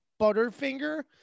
Butterfinger